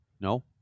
No